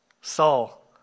Saul